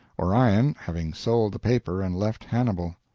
orion having sold the paper and left hannibal.